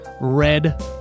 red